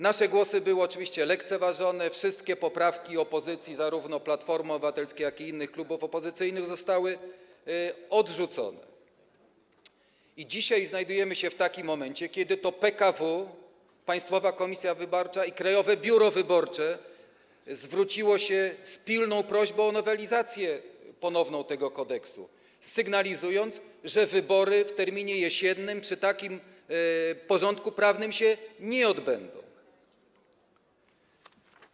Nasze głosy były oczywiście lekceważone, wszystkie poprawki opozycji, zarówno Platformy Obywatelskiej, jak i innych klubów opozycyjnych, zostały odrzucone i dzisiaj znajdujemy się w takim momencie, kiedy to Państwowa Komisja Wyborcza i Krajowe Biuro Wyborcze zwróciły się z pilną prośbą o ponowną nowelizację tego kodeksu, sygnalizując, że wybory w terminie jesiennym przy takim porządku prawnym nie odbędą się.